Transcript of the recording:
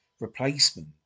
replacement